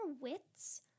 wits